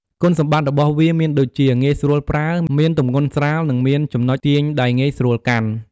គុណសម្បត្តិរបស់វា មានដូចជា ងាយស្រួលប្រើ មានទម្ងន់ស្រាល និងមានចំណុចទាញដែលងាយស្រួលកាន់។